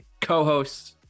co-hosts